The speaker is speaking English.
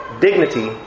dignity